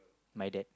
my dad